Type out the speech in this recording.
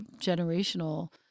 generational